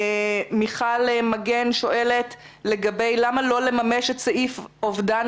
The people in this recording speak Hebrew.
מיכל מגן שואלת למה לא לממש את סעיף אובדן